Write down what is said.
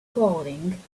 clothing